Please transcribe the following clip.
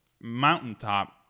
mountaintop